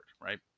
right